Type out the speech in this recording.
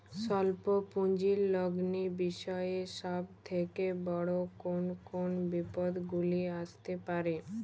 স্বল্প পুঁজির লগ্নি বিষয়ে সব থেকে বড় কোন কোন বিপদগুলি আসতে পারে?